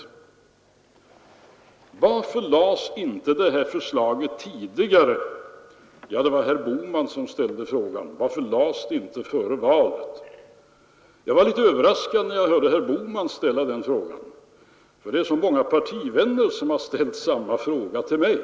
Varför framlades då inte detta förslag tidigare? Det var herr Bohman som ställde den frågan. Varför lades det inte fram före valet? Jag blev litet överraskad, när jag hörde herr Bohman ställa den frågan, ty det är så många partivänner som har ställt samma fråga till mig.